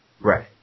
Right